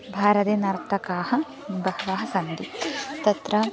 भारते नर्तकाः बहवः सन्ति तत्र